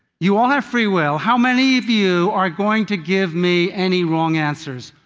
you all have free will. how many of you are going to give me any wrong answers?